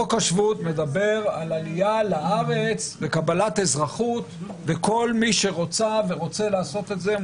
חוק השבות מדבר על עלייה לארץ וקבלת אזרחות וכל מי שרוצה לעשות את זה,